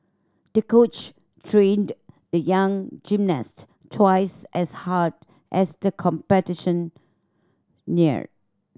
the coach trained the young gymnast twice as hard as the competition neared